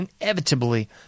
inevitably